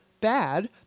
bad